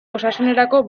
osasunerako